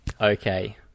Okay